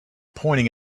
pointing